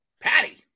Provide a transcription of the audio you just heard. Patty